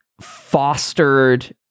fostered